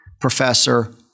professor